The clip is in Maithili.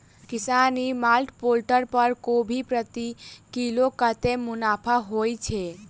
किसान ई मार्ट पोर्टल पर कोबी प्रति किलो कतै मुनाफा होइ छै?